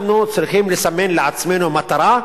אנחנו צריכים לסמן לעצמנו מטרה,